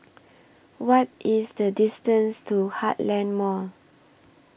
What IS The distance to Heartland Mall